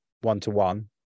one-to-one